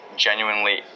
genuinely